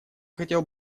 хотел